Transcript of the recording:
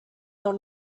not